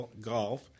golf